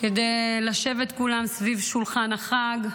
כדי לשבת כולם סביב שולחן החג,